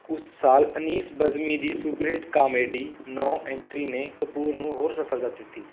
ਉਸ ਸਾਲ ਅਨੀਸ ਬਜ਼ਮੀ ਦੀ ਸੁਪਰਹਿੱਟ ਕਾਮੇਡੀ ਨੋ ਐਂਟਰੀ ਨੇ ਕਪੂਰ ਨੂੰ ਹੋਰ ਸਫਲਤਾ ਦਿੱਤੀ